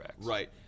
Right